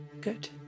Good